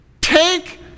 Take